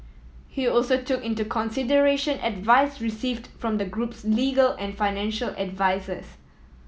it also took into consideration advice received from the group's legal and financial advisers